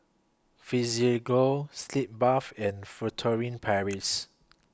Physiogel Sitz Bath and Furtere Paris